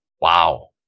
Wow